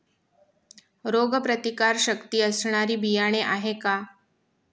रोगप्रतिकारशक्ती असणारी बियाणे आहे का?